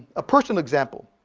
a personal example,